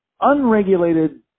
unregulated